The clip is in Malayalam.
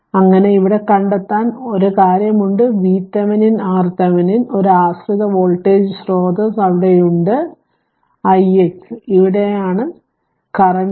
അങ്ങനെ ഇവിടെ കണ്ടെത്താൻ ഒരേ കാര്യം ഉണ്ട് VThevenin RThevenin ഒരു ആശ്രിത വോൾട്ടേജ് സ്രോതസ്സ് അവിടെ ഉണ്ട് iX ഇവിടെ ആണ് കറന്റ് i